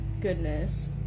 goodness